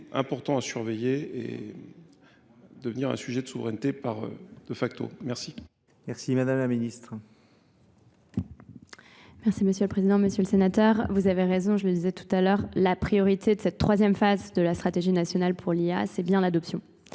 important à surveiller et devenir un sujet de souveraineté par de facto. Merci.